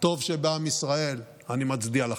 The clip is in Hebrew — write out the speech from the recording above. הטוב שבעם ישראל, אני מצדיע לכם.